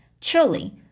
Truly